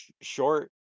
Short